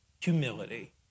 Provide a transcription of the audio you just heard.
humility